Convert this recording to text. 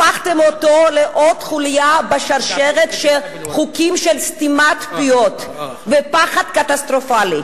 הפכתם אותו לעוד חוליה בשרשרת של חוקים של סתימת פיות ופחד קטסטרופלי.